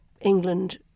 England